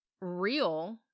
real